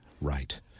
Right